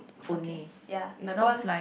okay ya my ball